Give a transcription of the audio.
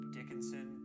Dickinson